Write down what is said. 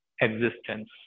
existence